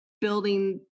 building